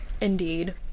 Indeed